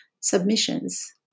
submissions